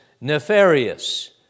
nefarious